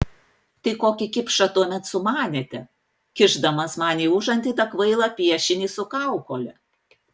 tai kokį kipšą tuomet sumanėte kišdamas man į užantį tą kvailą piešinį su kaukole